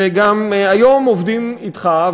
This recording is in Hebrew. שהיום עובדים אתך,